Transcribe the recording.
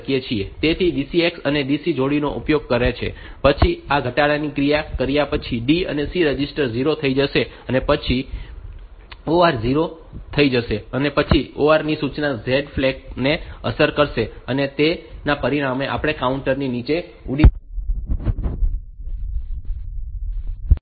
તેથી DCX એ DC જોડીનો ઉપયોગ કરે છે પછી આ ઘટાડાની ક્રિયા કર્યા પછી D અને C રજીસ્ટર 0 થઈ જશે અને પછી OR 0 થઈ જશે અને પછી આ OR સૂચના Z ફ્લેગ ને અસર કરશે અને તેના પરિણામે આપણે કાઉન્ટર નીચે ઉડી ગયેલી પરિસ્થિતિને શોધી શકીએ છીએ